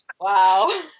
Wow